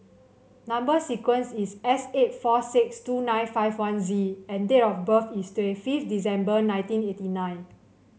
number sequence is S eight four six two nine five one Z and date of birth is twenty fifth December nineteen eighty nine